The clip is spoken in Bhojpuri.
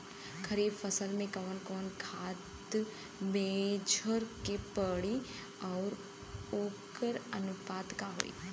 खरीफ फसल में कवन कवन खाद्य मेझर के पड़ी अउर वोकर अनुपात का होई?